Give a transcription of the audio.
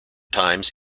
times